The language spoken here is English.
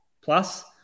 Plus